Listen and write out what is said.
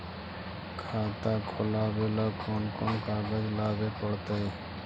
खाता खोलाबे ल कोन कोन कागज लाबे पड़तै?